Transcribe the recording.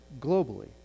globally